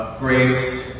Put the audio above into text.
Grace